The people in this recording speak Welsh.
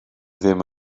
ddim